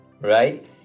right